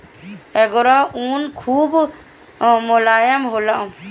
angora ऊन खूब मोलायम होला